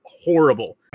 horrible